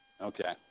Okay